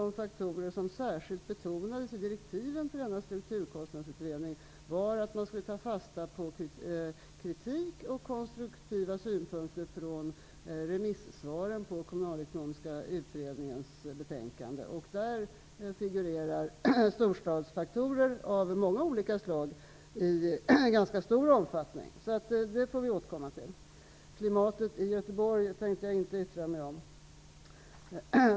En av faktorerna som särskilt betonades i direktiven till Strukturkostnadsutredningen var att ta fasta på kritik och konstruktiva synpunkter i remissvaren med anledning av den kommunekonomiska utredningens betänkande. Då är det storstadsfaktorer av många olika slag som figurerar i ganska stor omfattning. Men det får vi återkomma till. Klimatet i Göteborg tänker jag inte yttra mig om.